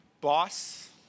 boss